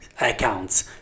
accounts